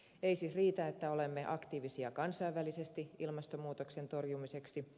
ei siis riitä että olemme aktiivisia kansainvälisesti ilmastonmuutoksen torjumiseksi